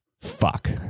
Fuck